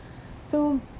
so